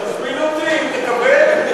תזמין אותי אם תקבל.